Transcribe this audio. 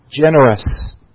generous